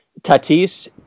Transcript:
Tatis